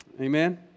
Amen